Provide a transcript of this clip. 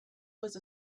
was